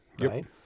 right